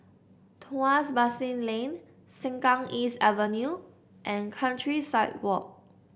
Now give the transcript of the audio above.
Tuas Basin Lane Sengkang East Avenue and Countryside Walk